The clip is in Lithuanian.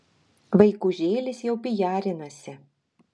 vaikužėlis jau pijarinasi